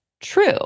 true